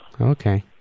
Okay